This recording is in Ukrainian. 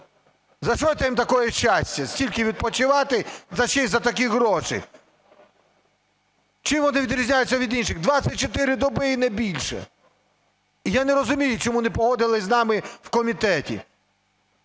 За що це їм такое счастье стільки відпочивати та й ще за такі гроші? Чим вони відрізняються від інших? 24 доби і не більше. Я не розумію, чому не погодились з нами в комітеті.